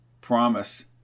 Promise